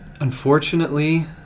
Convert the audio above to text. Unfortunately